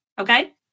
Okay